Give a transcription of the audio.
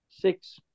Six